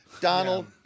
Donald